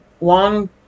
long